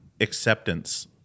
acceptance